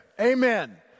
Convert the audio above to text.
Amen